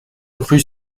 rue